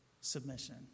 submission